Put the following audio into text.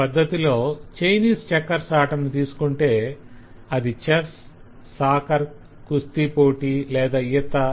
ఈ పద్దతిలో Chinese checkers ఆటను తీసుకుంటే అది చెస్ సాకర్ కుస్తీ పోటీ లేదా ఈత